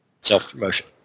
Self-promotion